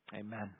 Amen